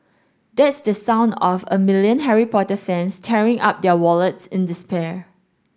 that's the sound of a million Harry Potter fans tearing up their wallets in despair